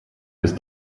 ist